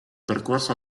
percorso